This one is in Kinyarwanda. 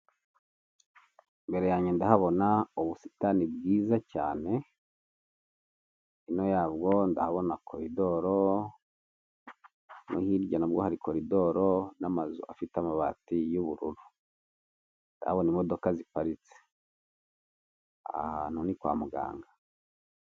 Imbere yanjye ndahabona ubusitani bwiza cyane hino yabwo ndabona koridoro, no hirya nabwo hari koridoro n'amazu afite amabati y'ubururu, ndahabona imodoka ziparitse aha hantu ni kwa muganga.